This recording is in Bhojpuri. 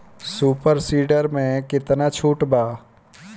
सुपर सीडर मै कितना छुट बा?